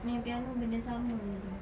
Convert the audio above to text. main piano benda sama jer